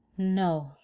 no,